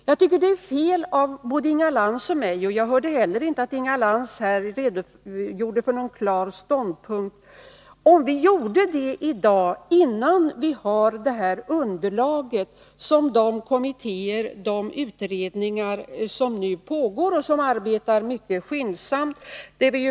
Jag tycker att det vore fel av både Inga Lantz och mig — jag hörde heller inte att Inga Lantz redogjorde för någon klar ståndpunkt — om vi tog ställning i dag, innan vi har underlag från de kommittéer och utredningar som nu pågår, och som arbetar mycket skyndsamt.